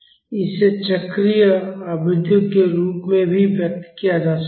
इसे चक्रीय आवृत्तियों के रूप में भी व्यक्त किया जा सकता है